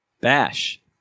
Bash